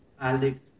Alex